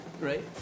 right